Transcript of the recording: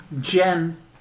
Jen